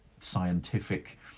scientific